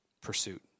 pursuit